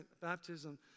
baptism